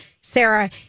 Sarah